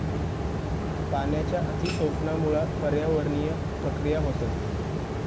पाण्याच्या अती शोषणामुळा पर्यावरणीय प्रक्रिया होतत